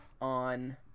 on